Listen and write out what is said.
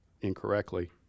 incorrectly